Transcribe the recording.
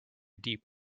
deep